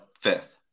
fifth